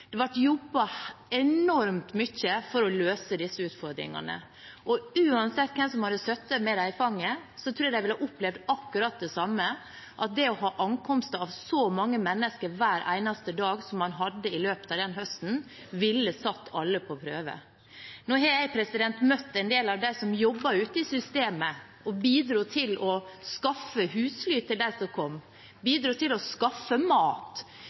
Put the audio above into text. Det ble jobbet enormt mye for å løse disse utfordringene, og uansett hvem som hadde sittet med dem i fanget, tror jeg de ville opplevd akkurat det samme. Det å ha ankomster av så mange mennesker hver eneste dag som man hadde i løpet av den høsten, ville satt alle på prøve. Jeg har møtt en del av dem som jobber ute i systemet, og som bidro til å skaffe husly til dem som kom, bidro til å skaffe mat,